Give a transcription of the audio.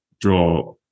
draw